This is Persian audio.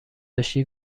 داشتی